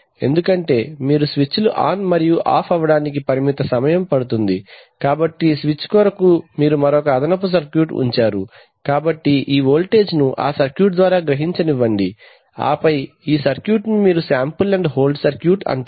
ఎందుకంటే మీరు స్విచ్లు ఆన్ మరియు ఆఫ్ అవ్వడానికి పరిమిత సమయం పడుతుంది కాబట్టి స్విచ్ కొరకు మీరు మరొక అదనపు సర్క్యూట్ను ఉంచారు కాబట్టి ఈ వోల్టేజ్ను ఆ సర్క్యూట్ ద్వారా గ్రహించనివ్వండి ఆపై ఈ సర్క్యూట్ ను మీరు శాంపుల్ అండ్ హోల్డ్ సర్క్యూట్ అంటారు